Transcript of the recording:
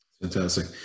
Fantastic